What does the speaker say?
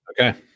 okay